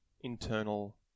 internal